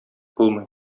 булмый